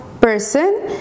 person